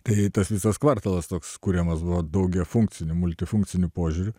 kai tas visas kvartalas toks kuriamas buvo daugiafunkciniu multifunkciniu požiūriu